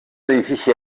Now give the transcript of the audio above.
edifici